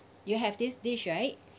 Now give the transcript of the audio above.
you have this dish right